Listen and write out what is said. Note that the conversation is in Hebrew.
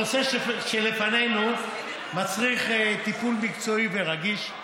הנושא שלפנינו מצריך תיקון מקצועי ורגיש,